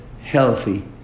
healthy